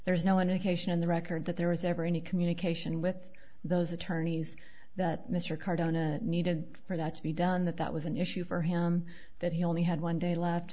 there's no indication in the record that there was ever any communication with those attorneys that mr cardona needed for that to be done that that was an issue for him that he only had one day left